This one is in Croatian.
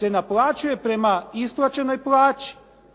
se naplaćuje prema isplaćenoj plaći,